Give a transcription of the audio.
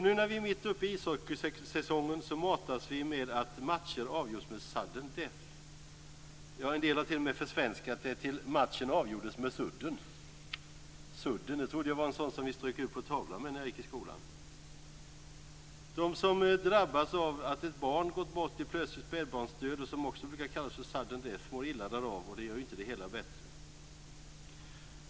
Nu när vi är mitt uppe i ishockeysäsongen matas vi med att matcher avgjorts med sudden death. Ja, en del har t.o.m. försvenskat det till att matchen avgjordes "med sudden". Sudden trodde jag var en sådan vi strök ut på tavlan med när jag gick i skolan. De som drabbas av att ett barn gått bort i plötslig spädbarnsdöd, som också brukar kallas för sudden death, mår illa därav, och det gör inte det hela bättre.